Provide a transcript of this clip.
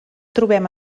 trobem